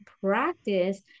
practice